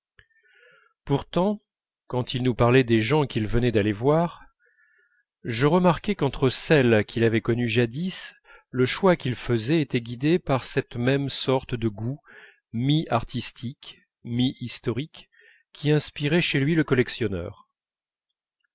pourtant quand il nous parlait des gens qu'il venait d'aller voir je remarquai qu'entre celles qu'il avait connues jadis le choix qu'il faisait était guidé par cette même sorte de goût mi artistique mi historique qui inspirait chez lui le collectionneur